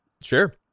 Sure